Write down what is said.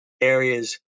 Areas